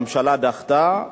הממשלה דחתה.